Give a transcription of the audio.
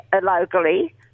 locally